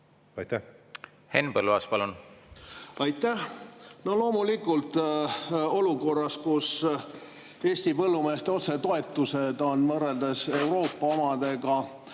palun! Henn Põlluaas, palun! Aitäh! Loomulikult olukorras, kus Eesti põllumeeste otsetoetused on võrreldes Euroopa omadega